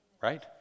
Right